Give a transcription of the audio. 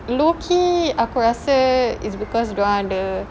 low-key aku rasa is because dorang ada